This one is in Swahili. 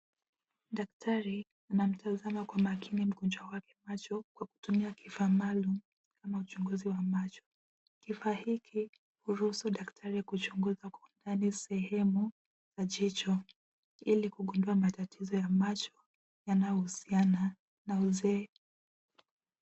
Daktari, anamtazama kwa makini mgonjwa wake macho kwa kutumia kifaa maalum kama uchunguzi wa macho. Kifaa hiki huruhusu daktari kuchunguza kwa undani sehemu la jicho ili kugundua matatizo ya macho, yanayohusiana na uzee.